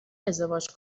ازدواج